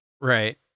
right